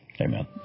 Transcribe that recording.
Amen